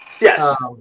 Yes